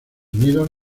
unidos